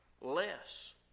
less